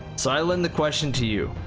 so, i lend the question to you,